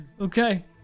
Okay